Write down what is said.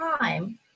time